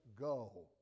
go